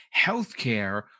healthcare